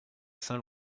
saint